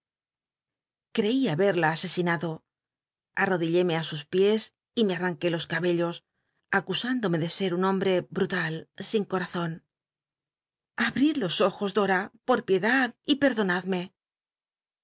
creí haberla asesinado arrodillémc i sus piés y me ananqué los cabellos acusándome de ser un hombre brutal sin corazon abrid los ojos dora por piedad y perdonad